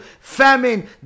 famine